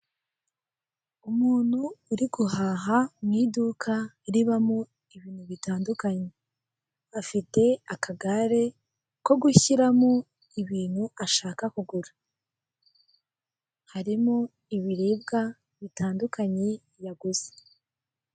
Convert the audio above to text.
Umuntu uri guhaha mu iduka ribamo ibintu bitandukanye, afite akagare ko gushyiramo ibintu ashaka kugura. Harimo ibiribwa bitandukanye yaguze.